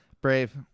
Brave